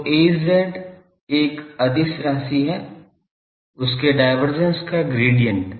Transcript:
तो Az एक अदिश राशि है उसके डाइवर्जेन्स का ग्रेडिएंट